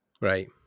Right